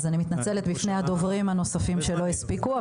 אז אני מתנצלת בפני הדוברים הנוספים שלא הספיקו.